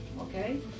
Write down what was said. Okay